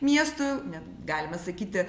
miestu net galima sakyti